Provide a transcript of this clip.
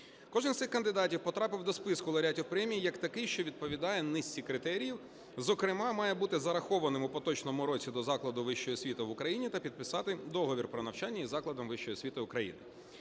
Кожен з цих кандидатів потрапив до списку лауреатів премії як такий, що відповідає низці критеріїв, зокрема має бути зарахованим у поточному році до закладу вищої освіти в Україні та підписати договір про навчання із закладом вищої освіти України.